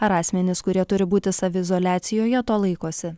ar asmenys kurie turi būti saviizoliacijoje to laikosi